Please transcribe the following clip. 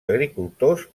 agricultors